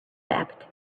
wept